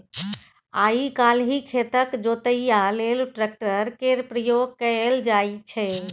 आइ काल्हि खेतक जोतइया लेल ट्रैक्टर केर प्रयोग कएल जाइ छै